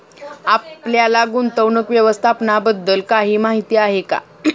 आपल्याला गुंतवणूक व्यवस्थापनाबद्दल काही माहिती आहे का?